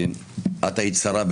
את היית שרה.